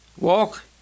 walk